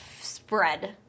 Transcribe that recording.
spread